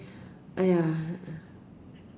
!aiya!